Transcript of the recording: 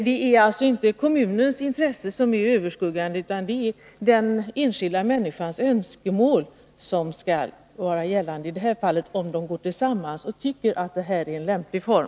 Det är inte kommunens intresse som är överskuggande, utan det är de enskilda människornas önskemål som skall vara gällande, i det här fallet om de går tillsammans och tycker att bostadsrättsföreningen är en lämplig form.